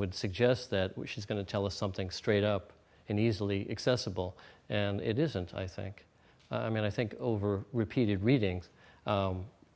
would suggest that which is going to tell us something straight up and easily accessible and it isn't i think i mean i think over repeated readings